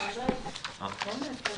לשוחח על זה עם שר האוצר,